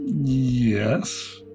Yes